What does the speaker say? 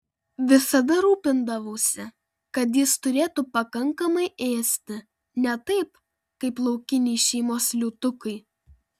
visada rūpindavausi kad jis turėtų pakankamai ėsti ne taip kaip laukiniai šeimos liūtukai